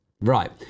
Right